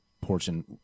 portion